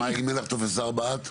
כלומר, אם אין לך טופס 4, את?